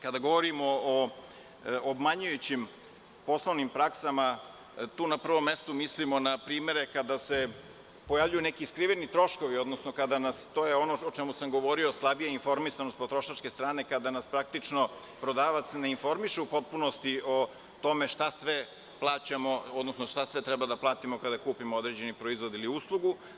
Kada govorimo o obmanjujućim poslovnim praksama, tu na prvom mestu mislimo na primere kada se pojavljuju neki skriveni troškovi, odnosno to je ono o čemu sam govorio, slabija informisanost potrošačke strane kada nas prodavac ne informiše u potpunosti o tome šta sve plaćamo, odnosno šta sve treba da platimo kada kupimo određeni proizvod ili uslugu.